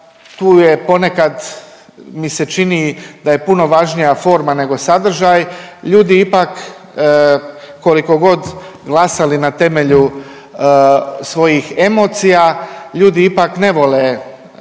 Tu je ponekad mi se čini da je puno važnija forma nego sadržaj, ljudi ipak kolikogod glasali na temelju svojih emocija ljudi ipak ne vole agresivne